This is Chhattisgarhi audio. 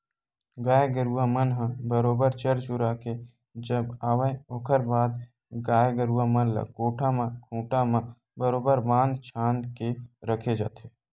गाय गरुवा मन ह बरोबर चर चुरा के जब आवय ओखर बाद गाय गरुवा मन ल कोठा म खूंटा म बरोबर बांध छांद के रखे जाथे